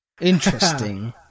Interesting